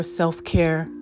self-care